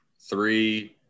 three